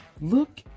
look